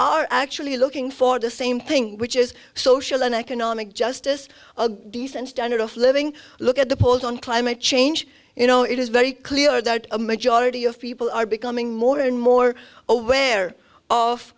are actually looking for the same thing which is social and economic justice a decent standard of living look at the polls on climate change you know it is very clear that a majority of people are becoming more and more aware of